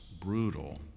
brutal